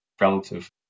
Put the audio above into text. relative